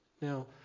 Now